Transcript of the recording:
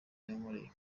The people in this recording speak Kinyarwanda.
yankoreye